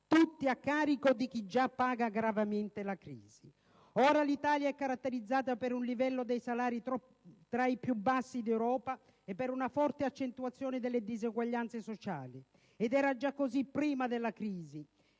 tutti a carico di chi già paga gravemente la crisi. Ora, l'Italia è caratterizzata per un livello dei salari tra i più bassi di Europa e per una forte accentuazione delle diseguaglianze sociali. Ed era già così prima della crisi